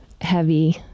heavy